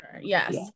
Yes